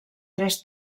tres